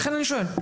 משרד החינוך?